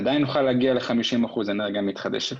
עדיין נוכל להגיע ל-50 אחוזים אנרגיה מתחדשת.